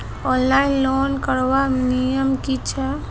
Online loan करवार नियम की छे?